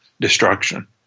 destruction